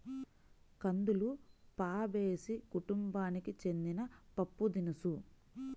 కందులు ఫాబేసి కుటుంబానికి చెందిన పప్పుదినుసు